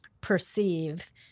perceive